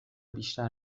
بیشتر